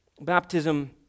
Baptism